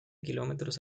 kilómetros